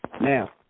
Now